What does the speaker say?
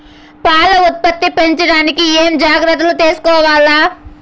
పాల ఉత్పత్తి పెంచడానికి ఏమేం జాగ్రత్తలు తీసుకోవల్ల?